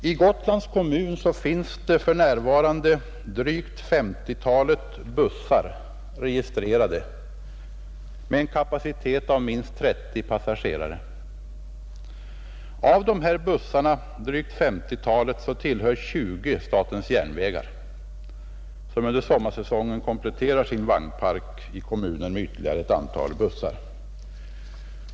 I Gotlands kommun finns för närvarande drygt 50-talet bussar registrerade. De har vardera en kapacitet av minst 30 passagerare, Av dessa bussar tillhör 20 statens järnvägar, som under sommarsäsongen kompletterar sin vagnpark i kommunen med ytterligare ett antal bussar.